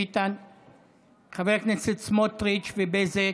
חבר הכנסת סמוטריץ' ובזק,